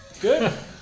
Good